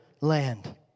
land